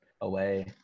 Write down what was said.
away